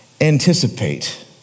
anticipate